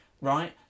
right